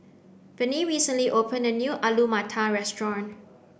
Venie recently opened a new Alu Matar restaurant